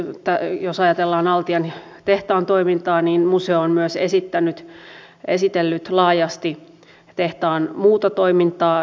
tämän suhteen jos ajatellaan altian tehtaan toimintaa museo on myös esitellyt laajasti tehtaan muuta toimintaa